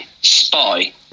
spy